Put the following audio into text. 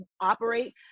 operate